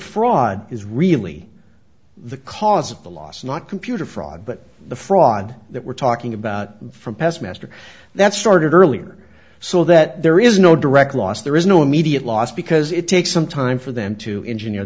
fraud is really the cause of the loss not computer fraud but the fraud that we're talking about from pest master that started earlier so that there is no direct loss there is no immediate loss because it takes some time for them to engineer